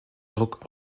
druck